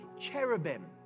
cherubim